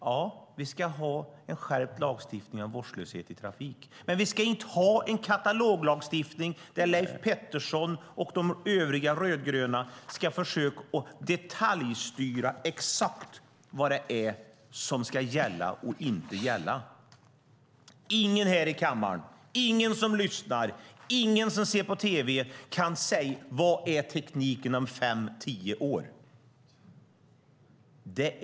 Ja, vi ska ha en skärpt lagstiftning om vårdslöshet i trafik, men vi ska inte ha en kataloglagstiftning där Leif Pettersson och de övriga rödgröna ska försöka att detaljstyra exakt vad som ska gälla och inte gälla. Ingen här i kammaren, ingen som lyssnar, ingen som ser på tv kan säga hur tekniken fungerar om fem tio år.